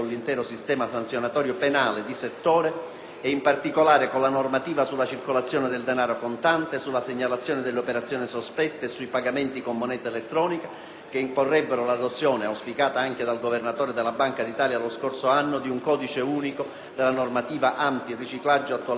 in particolare con la normativa sulla circolazione del denaro contante, sulla segnalazione delle operazioni sospette e sui pagamenti con moneta elettronica, che imporrebbero l'adozione, auspicata anche dal governatore della Banca d'Italia lo scorso anno, di un codice unico della normativa antiriciclaggio, attualmente frammentaria e disorganica.